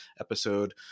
episode